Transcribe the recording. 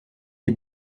les